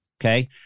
Okay